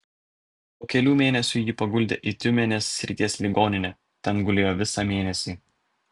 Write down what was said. po kelių mėnesių jį paguldė į tiumenės srities ligoninę ten gulėjo visą mėnesį